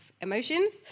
emotions